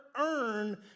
earn